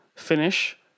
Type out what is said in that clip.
Finish